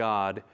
God